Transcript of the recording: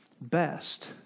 best